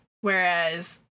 Whereas